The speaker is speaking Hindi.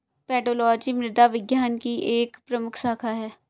पेडोलॉजी मृदा विज्ञान की एक प्रमुख शाखा है